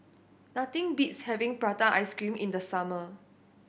nothing beats having prata ice cream in the summer